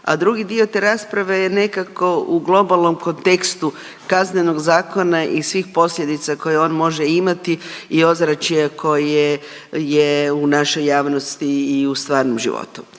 a drugi dio te rasprave je nekako u globalnom kontekstu Kaznenog zakona i svih posljedica koje on može imati i ozračje koje je u našoj javnosti i u stvarnom životu.